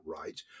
right